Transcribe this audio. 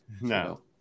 No